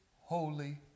holy